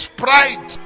pride